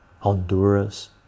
Honduras